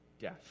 death